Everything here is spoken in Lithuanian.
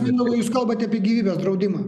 mindaugai jūs kalbate be gyvybės draudimą